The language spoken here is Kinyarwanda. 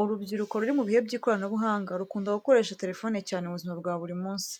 Urubyiruko ruri mu bihe by’ikoranabuhanga rukunda gukoresha telephone cyane mu buzima bwa buri munsi.